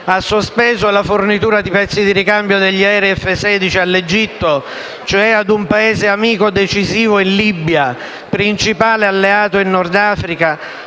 ha sospeso la fornitura di pezzi di ricambio degli aerei F-16 all'Egitto, cioè a un Paese amico decisivo in Libia, principale alleato in Nord Africa,